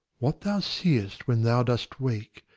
what thou seest when thou dost wake,